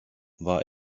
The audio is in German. war